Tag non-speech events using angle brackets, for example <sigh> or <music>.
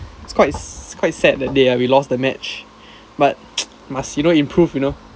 it's quite it's quite sad that they uh we lost the match but <noise> must you know improve you know